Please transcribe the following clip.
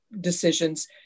decisions